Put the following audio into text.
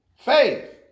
Faith